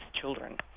children